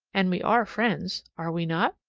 and we are friends, are we not?